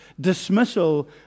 dismissal